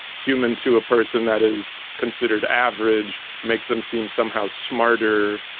human to a person that is considered average, makes them seem somehow smarter.